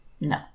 No